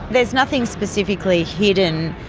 there's nothing specifically hidden,